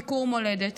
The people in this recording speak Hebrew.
ביקור מולדת: